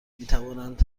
میتوانند